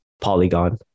polygon